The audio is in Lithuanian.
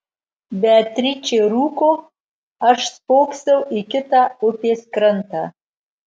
beatričė rūko aš spoksau į kitą upės krantą